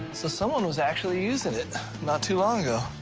so someone was actually using it not too long ago.